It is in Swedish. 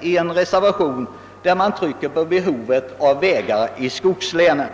i en reservation där man trycker på behovet av vägar i skogslänen.